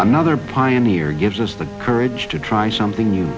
another pioneer gives us the courage to try something new